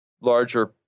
larger